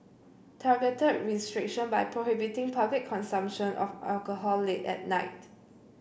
targeted restriction by prohibiting public consumption of alcohol late at night